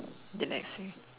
damn ex leh